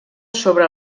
sobre